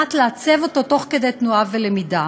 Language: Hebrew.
מנת לעצב אותו תוך כדי תנועה ולמידה.